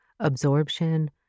absorption